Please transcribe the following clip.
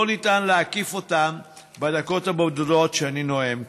ניתן להקיף אותן בדקות הבודדות שאני נואם כאן.